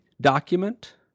document